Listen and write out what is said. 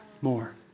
more